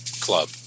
club